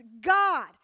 God